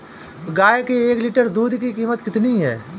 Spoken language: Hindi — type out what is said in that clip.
गाय के एक लीटर दूध की कीमत कितनी है?